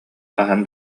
хаһан